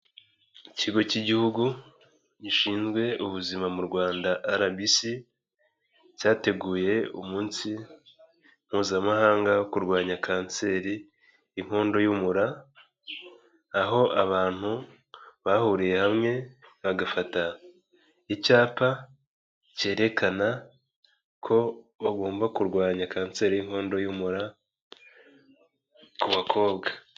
Ikigo cy'Igihugu gishinzwe Ubuzima mu Rwanda RBC cyateguye umunsi Mpuzamahanga wo kurwanya Kanseri y'inkondo y'umura aho abantu bahuriye hamwe bagafata icyapa cyerekana ko bagomba kurwanya Kanseri y'inkondo y'umura ku bakobwa.